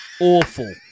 Awful